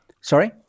sorry